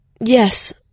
Yes